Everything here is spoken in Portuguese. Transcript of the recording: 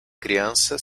criança